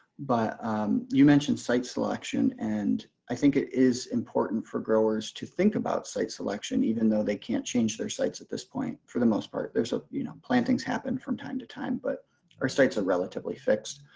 but you mentioned site selection and i think it is important for growers to think about site selection even though they can't change their sites at this point for the most part. there's ah you know, plantings happen from time to time, but our sites are relatively fixed.